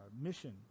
mission